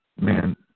man